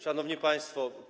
Szanowni Państwo!